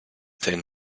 thin